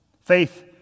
Faith